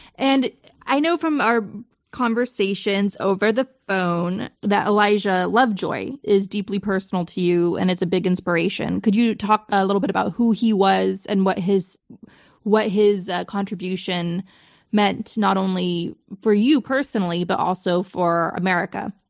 and i know from our conversations over the phone that elijah lovejoy is deeply personal to you and is a big inspiration. could you talk a little bit about who he was and what his what his contribution meant not only for you personally, but also for america?